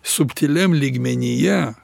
subtiliam lygmenyje